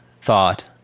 thought